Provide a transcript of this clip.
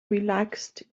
relaxed